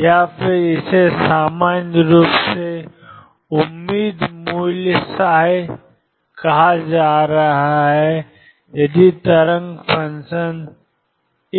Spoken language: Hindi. या फिर इसे सामान्य रूप से उम्मीद मूल्य कहा जा रहा है यदि तरंग फ़ंक्शन